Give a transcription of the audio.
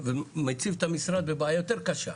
ומציף את המשרד בבעיה יותר קשה,